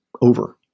over